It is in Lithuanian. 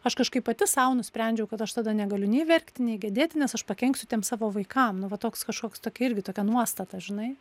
aš kažkaip pati sau nusprendžiau kad aš tada negaliu nei verkti nei gedėti nes aš pakenksiu tiem savo vaikam na va toks kažkoks tokia irgi tokia nuostata žinai